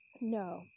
No